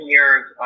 years